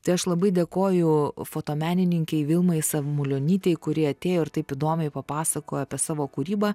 tai aš labai dėkoju fotomenininkei vilmai samulionytei kuri atėjo ir taip įdomiai papasakojo apie savo kūrybą